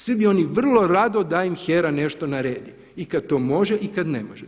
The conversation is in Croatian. Svi bi oni vrlo rado da im HERA nešto naredi i kad to može i kad to ne može.